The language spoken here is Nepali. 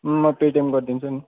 म पेटिएम गरिदिन्छु नि